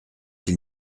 s’il